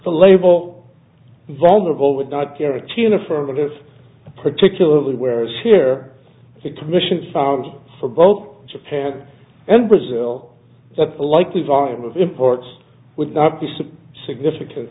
the label vulnerable with not carotene affirmatives particularly where as here the commission found for both japan and brazil that likely volume of imports would not be so significant